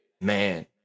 Man